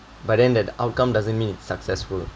but then that outcome doesn't mean successful